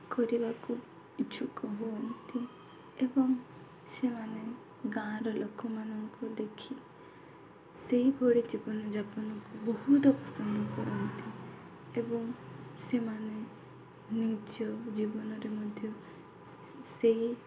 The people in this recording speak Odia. କରିବାକୁ ଇଚ୍ଛୁକ ହୁଅନ୍ତି ଏବଂ ସେମାନେ ଗାଁର ଲୋକମାନଙ୍କୁ ଦେଖି ସେହିଭଳି ଜୀବନଯାପନକୁ ବହୁତ ପସନ୍ଦ କରନ୍ତି ଏବଂ ସେମାନେ ନିଜ ଜୀବନରେ ମଧ୍ୟ ସେହି